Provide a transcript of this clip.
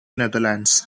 netherlands